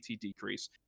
decrease